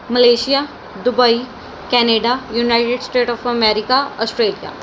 Malaysia Dubai Canada united state of America Australia